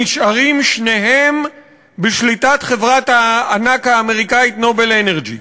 נשארים שניהם בשליטת חברת הענק האמריקנית "נובל אנרג'י".